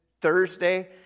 Thursday